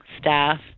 staff